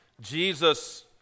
Jesus